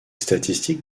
statistiques